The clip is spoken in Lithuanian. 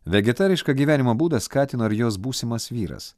vegetarišką gyvenimo būdą skatino ir jos būsimas vyras